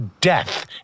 death